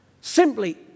Simply